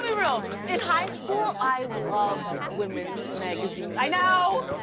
real. in high school, i loved women's magazines. i know!